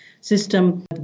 system